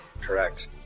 Correct